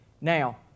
Now